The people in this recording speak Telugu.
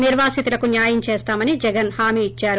నిర్వాసితులకు న్యాయం చేస్తామని జగన్ హామీ ఇచ్చారు